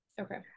Okay